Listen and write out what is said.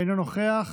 אינו נוכח,